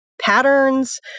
patterns